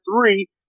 three